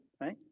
right